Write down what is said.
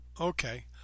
Okay